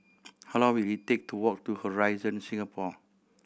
how long will it take to walk to Horizon Singapore